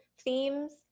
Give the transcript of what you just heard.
themes